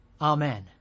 Amen